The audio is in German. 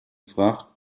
fracht